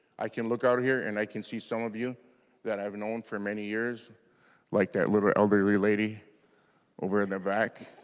i can look out here and i can see some of you that are known for many years like that little elderly lady over in the back